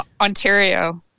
Ontario